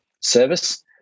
service